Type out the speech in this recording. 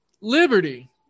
Liberty